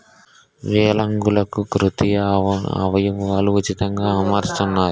విలాంగులకు కృత్రిమ అవయవాలు ఉచితంగా అమరుస్తున్నారు